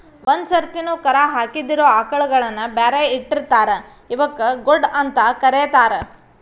ಒಂದ್ ಸರ್ತಿನು ಕರಾ ಹಾಕಿದಿರೋ ಆಕಳಗಳನ್ನ ಬ್ಯಾರೆ ಇಟ್ಟಿರ್ತಾರ ಇವಕ್ಕ್ ಗೊಡ್ಡ ಅಂತ ಕರೇತಾರ